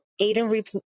Aiden